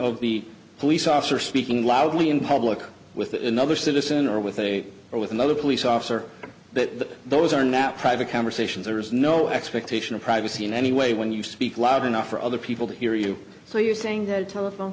of the police officer speaking loudly in public with another citizen or with a or with another police officer that those are not private conversations there is no expectation of privacy in any way when you speak loud enough for other people to hear you so you're saying that a telephone